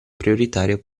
prioritario